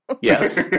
yes